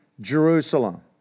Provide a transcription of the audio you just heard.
Jerusalem